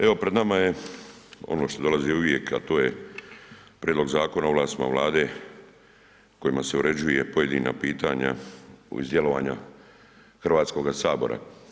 Evo pred nama je ono što dolazi uvijek, a to je Prijedlog zakona o ovlastima Vlade kojima se uređuje pojedina pitanja u vezi djelovanja Hrvatskoga sabora.